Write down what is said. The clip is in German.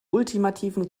ultimativen